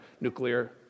nuclear